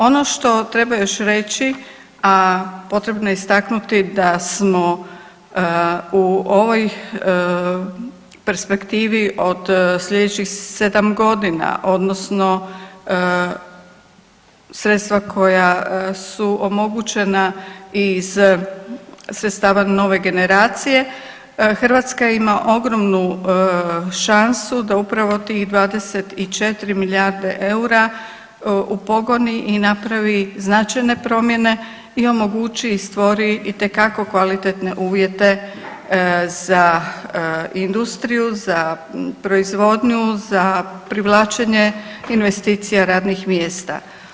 Ono što treba još reći, a potrebno je istaknuti da smo u ovoj perspektivi od sljedećih 7 godina odnosno sredstva koja su omogućena iz sredstava nove generacije Hrvatska ima ogromnu šansu da upravo tih 24 milijarde eura upogoni i napravi značajne promjene i omogući i stvori itekako kvalitetne uvjete za industriju, za proizvodnju, za privlačenje investicija radnih mjesta.